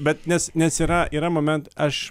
bet nes nes yra yra moment aš